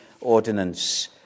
ordinance